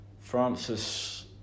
Francis